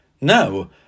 No